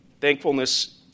Thankfulness